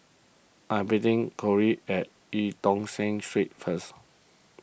I'm meeting Corie at Eu Tong Sen Street first